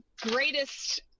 greatest